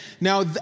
Now